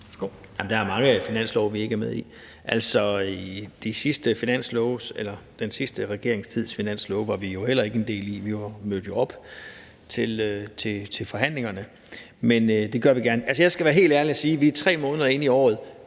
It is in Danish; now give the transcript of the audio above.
der er mange finanslove, vi ikke er med i. Den sidste regerings finanslove var vi jo heller ikke en del af. Vi mødte op til forhandlingerne, og det gør vi gerne. Jeg skal være helt ærlig og sige, at vi er 3 måneder inde i året,